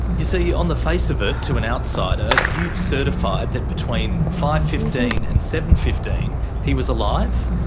you see on the face of it to an outsider you've certified that between five fifteen and seven fifteen he was alive?